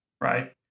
Right